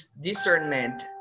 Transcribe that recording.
discernment